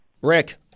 Rick